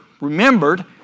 remembered